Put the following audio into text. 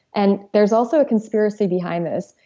and there's also a conspiracy behind this.